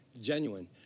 genuine